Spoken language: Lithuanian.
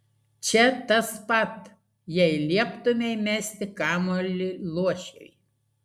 čia tas pat jei lieptumei mesti kamuolį luošiui